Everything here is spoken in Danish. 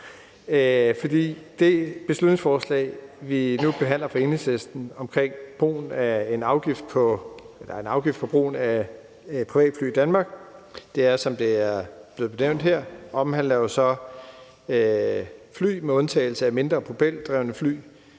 Det beslutningsforslag, vi nu behandler, fra Enhedslisten omkring en afgift på brugen af privatfly i Danmark, omhandler, som det er blevet nævnt her, fly med undtagelse af mindre propeldrevne fly